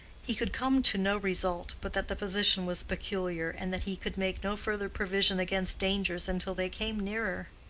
he could come to no result, but that the position was peculiar, and that he could make no further provision against dangers until they came nearer.